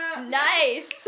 Nice